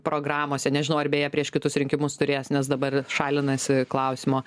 programose nežinau ar beje prieš kitus rinkimus turės nes dabar šalinasi klausimo